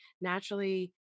Naturally